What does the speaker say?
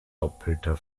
doppelter